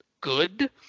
good